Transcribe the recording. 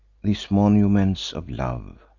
these monuments of love,